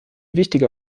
wichtiger